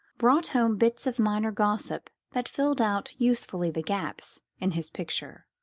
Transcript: brought home bits of minor gossip that filled out usefully the gaps in his picture.